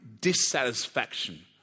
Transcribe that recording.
dissatisfaction